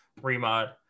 remod